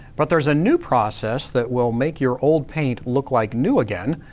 but there's a new process that will make your old paint look like new again.